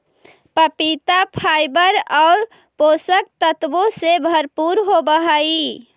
पपीता फाइबर और पोषक तत्वों से भरपूर होवअ हई